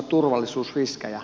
turvallisuusriskejä